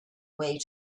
way